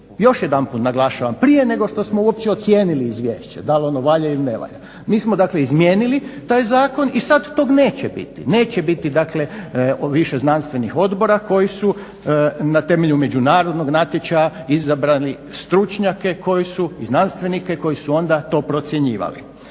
još jedanput naglašavam, prije nego što smo uopće ocijenili izvješće da li ono valja ili ne valja. Mi smo dakle izmijenili taj zakon i sad tog neće biti. Neće biti dakle više znanstvenih odbora koji su na temelju međunarodnog natječaja izabrali stručnjake i znanstvenike koji su onda to procjenjivali.